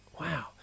Wow